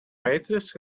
waitrose